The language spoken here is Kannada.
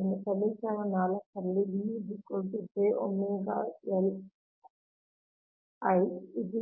ಅನ್ನು ಸಮೀಕರಣ 4 ರಲ್ಲಿ ಗೆ